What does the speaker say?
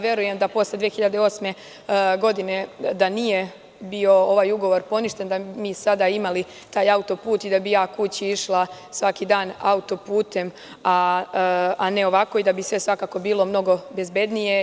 Verujem da posle 2008. godine da nije bio ovaj ugovor poništen, da bi mi sada imali taj autoput i da bih kući išla svaki dan autoputem, a ne ovako i da bi sve bilo puno bezbednije.